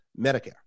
Medicare